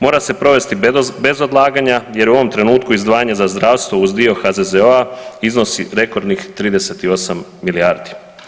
Mora se provesti bez odlaganja jer u ovom trenutku izdvajanje za zdravstvo uz dio HZZO-a iznosi rekordnih 38 milijardi.